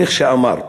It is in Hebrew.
איך שאמר: